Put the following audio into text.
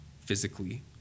physically